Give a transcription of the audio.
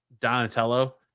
donatello